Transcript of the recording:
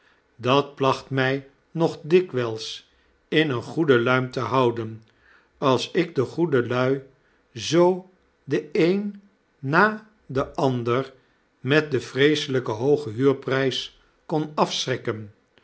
dat placht my nog dikwyls in eene goede luim te houden als ik de goede lui zoo den een na den ander met den vreeselp hoogen huurprys kon afschrikken